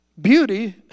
beauty